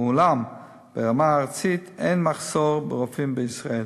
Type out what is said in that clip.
אולם ברמה הארצית אין מחסור ברופאים בישראל.